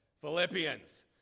Philippians